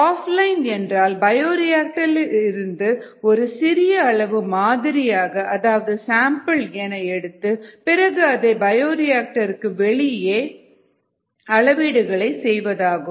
offline என்றால் பயோரியாக்டரில் இருந்து ஒரு சிறிய அளவு மாதிரியாக அதாவது சாம்பிள் என எடுத்து பிறகு அதை பயோரியாக்டர் க்கு வெளியே அளவீடுகளை செய்வதாகும்